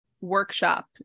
workshop